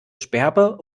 sperber